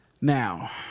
Now